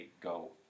go